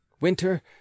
Winter